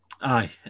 Aye